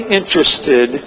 interested